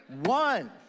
one